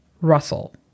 Russell